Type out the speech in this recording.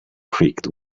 creaked